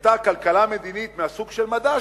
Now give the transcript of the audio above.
שהיתה כלכלה מדינית מהסוג של מדע,